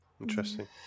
Interesting